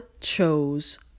chose